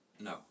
No